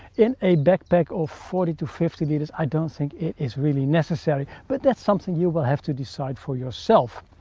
in a backpack of forty to fifty liters, i don't think it is really necessary, but that's something you will have to decide for yourself.